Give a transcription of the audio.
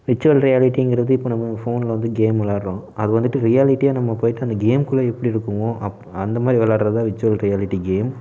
virtual ரியாலிட்டிங்கிறது இப்போ நம்ம ஃபோனில் வந்து கேம் விளாடுறோம் அது வந்துவிட்டு ரியாலிட்டியாக நம்ம போய்விட்டு அந்த கேமுக்குள்ள எப்படி இருக்குமோ அந்த மாதிரி விளாடுறது தான் விர்ச்சுவல் ரியாலிட்டி கேம்